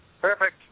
perfect